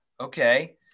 Okay